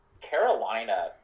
Carolina